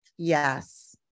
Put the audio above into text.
Yes